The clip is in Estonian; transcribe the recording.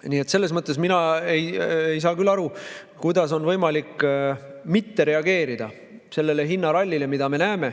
taluda. Selles mõttes mina ei saa küll aru, kuidas on võimalik mitte reageerida sellele hinnarallile, mida me näeme.